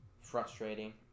Frustrating